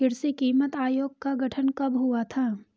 कृषि कीमत आयोग का गठन कब हुआ था?